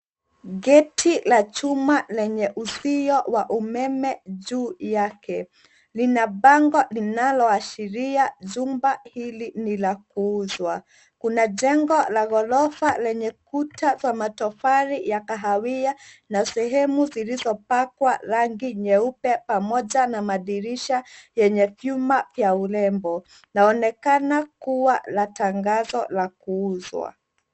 (cs)Gate(cs) la chuma lenye uzio wa umeme juu yake. Lina bango linaloashiria jumba hili ni la kuuzwa. Kuna jengo la ghorofa lenye kuta za matofali ya kahawia na sehemu zilizopakwa rangi nyeupe pamoja na madirisha yenye vyuma vya urembo. Laonekana kuwa la tangazo la kuuzwa.